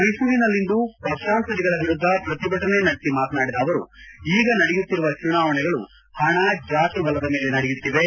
ಮೈಸೂರಿನಲ್ಲಿಂದು ಪಕ್ಷಾಂತರಿಗಳ ವಿರುದ್ದ ಪ್ರತಿಭಟನೆ ನಡೆಸಿ ಮಾತನಾಡಿದ ಅವರು ಈಗ ನಡೆಯುತ್ತಿರುವ ಚುನಾವಣೆಗಳು ಹಣ ಜಾತಿ ಬಲದ ಮೇಲೆ ನಡೆಯುತ್ತಿವೆ